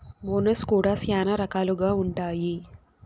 bonus కూడా శ్యానా రకాలుగా ఉంటాయి